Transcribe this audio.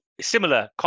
similar